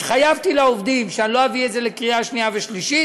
התחייבתי לעובדים שאני לא אביא את זה לקריאה שנייה ושלישית